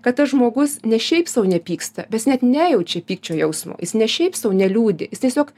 kad tas žmogus ne šiaip sau nepyksta bet jis net nejaučia pykčio jausmo jis ne šiaip sau neliūdi jis tiesiog